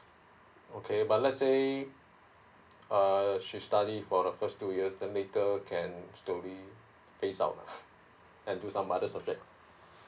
okay but let's say err she study for the first two years then later can still be phased out lah I do some other subjects